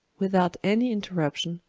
without any interruption,